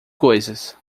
coisas